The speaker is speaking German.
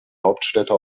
hauptstädte